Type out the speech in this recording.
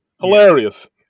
Hilarious